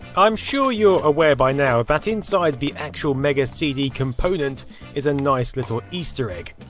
i'm sure you're aware by now that inside the actual mega cd component is a nice little easter egg